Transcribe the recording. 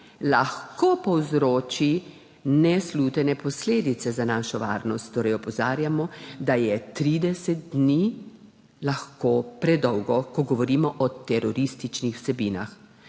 lahko povzroči neslutene posledice za našo varnost, torej opozarjamo, da je 30 dni lahko predolgo, ko govorimo o terorističnih vsebinah.